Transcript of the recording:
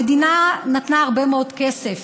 המדינה נתנה הרבה מאוד כסף